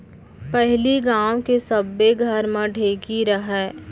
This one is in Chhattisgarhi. पहिली गांव के सब्बे घर म ढेंकी रहय